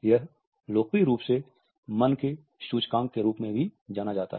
यह लोकप्रिय रूप से मन के सूचकांक के रूप में जाना जाता है